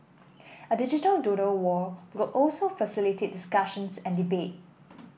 a digital doodle wall also facilitate discussions and debate